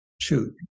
shoot